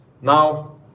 now